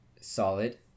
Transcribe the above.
solid